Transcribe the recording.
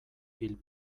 pil